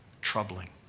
troubling